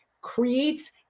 creates